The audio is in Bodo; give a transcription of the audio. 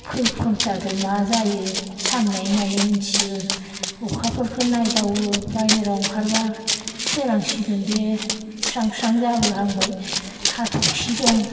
खै घन्टादो मा जायो सान नायै नायै उन्थियो अखाफोरखो नायदावो बाहेराव ओंखारब्ला सोरांसिगोन दे स्रां स्रां जाबोहांबाय हाथरखि दं